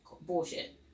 bullshit